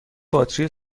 باتری